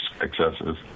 excesses